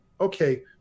Okay